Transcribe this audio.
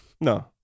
no